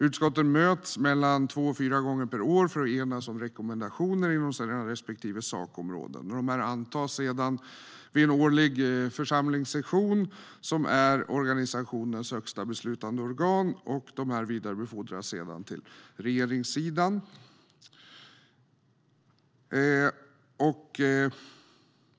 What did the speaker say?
Utskotten möts två till fyra gånger per år för att enas om rekommendationer inom sina respektive sakområden. Dessa antas sedan vid en årlig församlingssession som är organisationens högsta beslutande organ, och de vidarebefordras sedan till regeringssidan.